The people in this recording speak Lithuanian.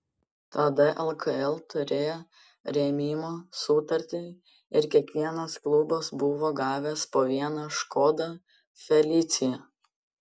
tada lkl turėjo rėmimo sutartį ir kiekvienas klubas buvo gavęs po vieną škoda felicia